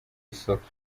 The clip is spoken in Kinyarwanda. isoko